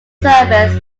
service